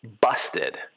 Busted